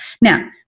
Now